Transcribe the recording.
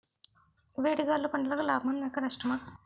వేడి గాలులు పంటలకు లాభమా లేక నష్టమా?